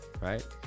right